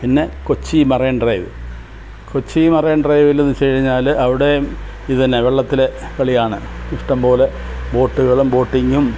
പിന്നെ Kochi marine drive Kochi marine ഡ്രൈവിലെന്ന് വച്ചു കഴിഞ്ഞാൽ അവിടേയും ഇത് തന്നെ വെള്ളത്തിൽ കളിയാണ് ഇഷ്ടം പോലെ ബോട്ടുകളും ബോട്ടിങ്ങും